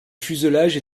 fuselage